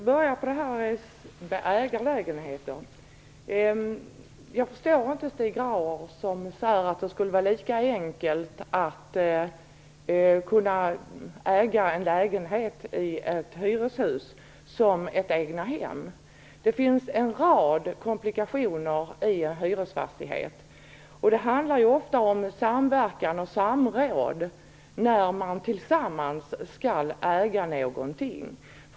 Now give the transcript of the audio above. Herr talman! Jag vill börja med att ta upp ägarlägenheterna. Jag förstår inte Stig Grauers. Han säger att det skulle vara lika enkelt att äga en lägenhet i ett hyreshus som ett egnahem. Det finns en rad komplikationer i en hyresfastighet. Det handlar ofta om samverkan och samråd när man tillsammans skall äga någonting.